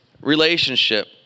relationship